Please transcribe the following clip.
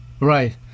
Right